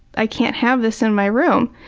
i can't have this in my room.